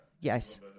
Yes